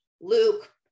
Luke